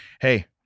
Hey